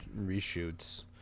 reshoots